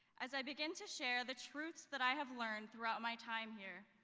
as i begin to share the truths that i have learned throughout my time here,